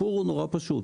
הסיפור הוא נורא פשוט.